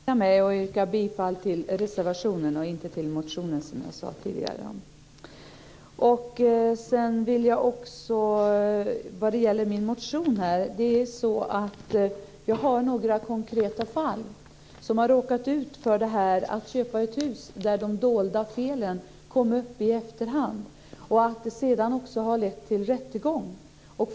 Herr talman! Jag vill börja med att förtydliga mig och yrka bifall till reservationen och inte till motionen, som jag sade tidigare. Vad det gäller min motion vill jag säga att jag har några konkreta exempel. Man har råkat ut för att köpa ett hus där de dolda felen kom upp i efterhand. Det har sedan också lett till rättegång.